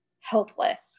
helpless